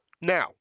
Now